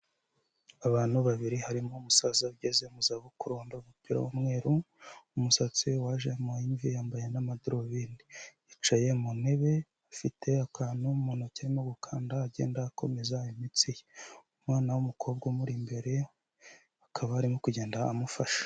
Abantu babiri harimo umusaza ugeze mu zabukuru wambaye umupira w'umweru, umusatsi wajemo imvi, yambaye n'amadarubindi. Yicaye mu ntebe, afite akantu mu ntoki arimo gukanda agenda akomeza imitsi ye. Umwana w'umukobwa umuri imbere, akaba arimo kugenda amufasha.